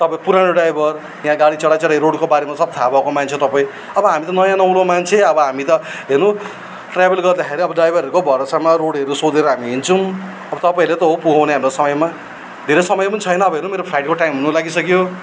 तपाईँ पुरानो ड्राइभर यहाँ गाडी चलाई चलाई रोडको बारेमा सब थाहा भएको मान्छे तपाईँ अब हामी त नयाँ नौलो मान्छे अब हामी त हेर्नु ट्राभल गर्दाखेरि अब ड्राइभरहरूको भरोसामा रोडहरू सोधेर हामी हिन्छौँ अब तपाईँहरूले त हो पुऱ्याउने हामीलाई समयमा धेरै समय पनि छैन अब हेर्नु मेरो फ्लाइटको टाइम हुनु लागि सक्यो